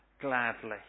gladly